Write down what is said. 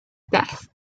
death